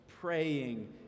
praying